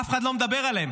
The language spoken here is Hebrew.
אף אחד לא מדבר עליהם.